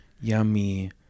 Yummy